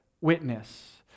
witness